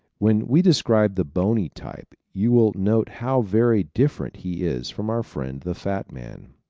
when we describe the bony type you will note how very different he is from our friend the fat man.